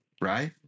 right